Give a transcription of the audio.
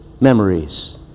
memories